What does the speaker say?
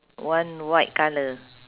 one white colour